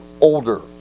older